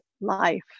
life